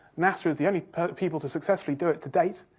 nasa is the only people to successfully do it, to date.